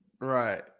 Right